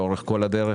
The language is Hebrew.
לאורך כל הדרך.